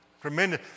Tremendous